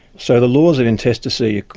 so the laws of intestacy,